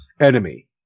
enemy